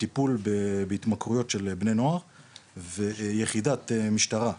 לטיפול בהתמכרויות של בני נוער ויחידת נוער,